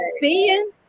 seeing